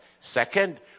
Second